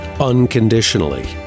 unconditionally